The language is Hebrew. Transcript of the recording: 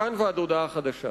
מכאן ועד הודעה חדשה.